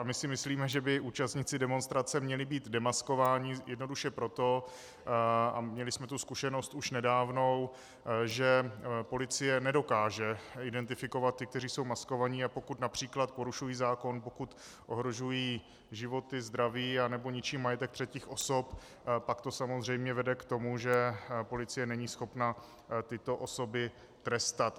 My si myslíme, že by účastníci demonstrace měli být demaskovaní, jednoduše proto, a měli jsme tu zkušenost už nedávnou, že policie nedokáže identifikovat ty, kteří jsou maskováni, a pokud například porušují zákon, pokud ohrožují životy, zdraví nebo ničí majetek třetích osob, pak to samozřejmě vede k tomu, že policie není schopna tyto osoby trestat.